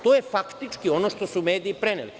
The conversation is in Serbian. To je faktički ono što su mediji preneli.